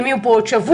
הם יהיו פה עוד שבוע,